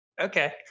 okay